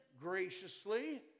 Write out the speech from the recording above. graciously